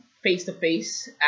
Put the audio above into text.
face-to-face